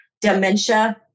dementia